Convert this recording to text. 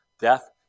death